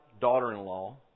daughter-in-law